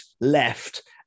left